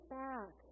back